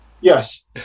Yes